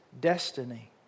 destiny